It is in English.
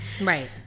Right